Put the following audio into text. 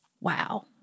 wow